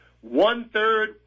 One-third